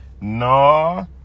no